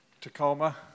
Tacoma